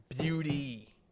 Beauty